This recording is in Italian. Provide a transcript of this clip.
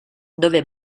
dove